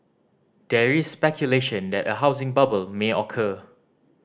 there is speculation that a housing bubble may occur